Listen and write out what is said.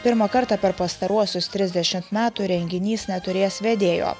pirmą kartą per pastaruosius trisdešimt metų renginys neturės vedėjo